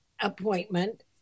appointment